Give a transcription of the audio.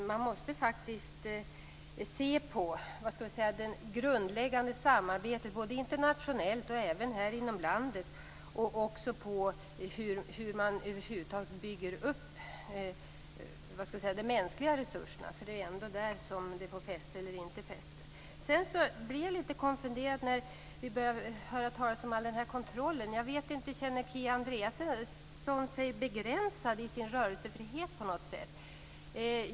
Man måste faktiskt se på det grundläggande samarbetet både internationellt och här inom landet. Man måste också se på hur man över huvud taget bygger upp de mänskliga resurserna. Det är ändå där det avgörs om det här får fäste eller inte. Sedan blev jag litet konfunderad när vi fick höra talas om all den här kontrollen. Känner Kia Andreasson sig begränsad i sin rörelsefrihet på något sätt?